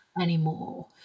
anymore